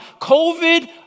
COVID